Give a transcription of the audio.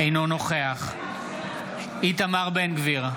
אינו נוכח איתמר בן גביר,